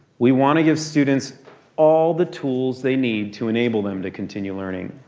we want to give students all the tools they need to enable them to continue learning.